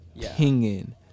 pinging